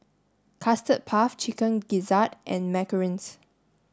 custard puff chicken gizzard and Macarons